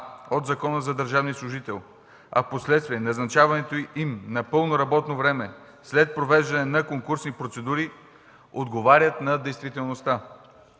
от Закона за държавния служител, а впоследствие назначаването им на пълно работно време, след провеждане на конкурсни процедури отговарят на действителността.